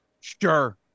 Sure